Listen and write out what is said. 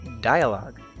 Dialogue